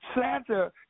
Santa